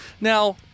Now